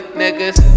niggas